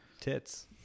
tits